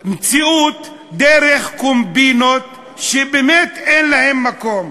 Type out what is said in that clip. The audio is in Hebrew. מהמציאות דרך קומבינות שבאמת אין להן מקום.